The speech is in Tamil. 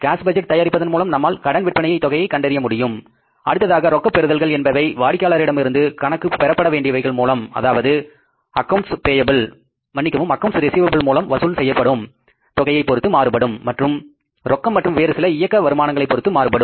கேஸ்பட்ஜெட் தயாரிப்பதன் மூலம் நம்மால் கடன் விற்பனையை தொகையை கண்டறியமுடியும் அடுத்ததாக ரொக்க பெறுதல்கள் என்பவை வாடிக்கையாளர்களிடம் இருந்து கனக்கு பெறப்பட வேண்டியவைகள் மூலம் வசூல் செய்யும் தொகையை பொருத்து மாறுபடும் மற்றும் ரொக்கம் மற்றும் வேறு சில இயக்க வருமானங்களை பொறுத்து மாறுபடும்